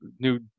new